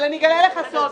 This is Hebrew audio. אבל אני אגלה לך סוד: